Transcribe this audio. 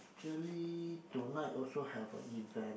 actually tonight also have a event